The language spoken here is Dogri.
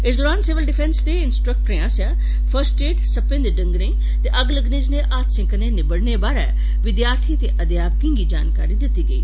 इस दरान सिविल डिफैंस दे इंसट्रक्टरें आस्सेआ फस्ट एड सप्पें दे ढंगने ते अग्ग लगने जनेह् हादसें कन्नै निबड़ने बारे विद्यार्थिएं ते अध्यापकें गी जानकारी दित्ती गेई